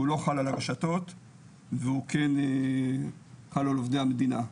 שהוא לא חל על הרשתות והוא כן חל על עובדי המדינה,